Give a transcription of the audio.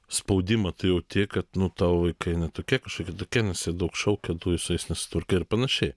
spaudimą tu jauti kad nu tavo vaikai ne tokie kitokie nes jie daug šaukia tu su jais nesusitvarkai ir panašiai